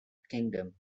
kingdom